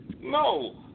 no